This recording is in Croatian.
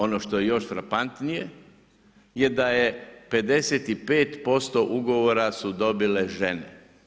Ono što je još frapantnije je da je 55% ugovora su dobile žene.